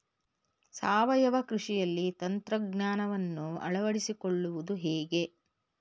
ಸಾವಯವ ಕೃಷಿಯಲ್ಲಿ ತಂತ್ರಜ್ಞಾನವನ್ನು ಅಳವಡಿಸಿಕೊಳ್ಳುವುದು ಹೇಗೆ?